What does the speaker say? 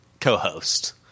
co-host